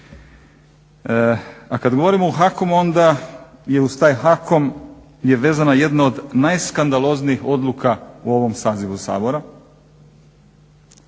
a kad govorimo o HAKOM-u onda je uz taj HAKOM je vezana jedna od najskandaloznijih odluka u ovom sazivu Sabora,